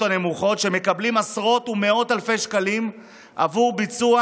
הנמוכות שמקבלים עשרות ומאות אלפי שקלים עבור ביצוע